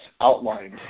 outlined